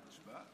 בבקשה,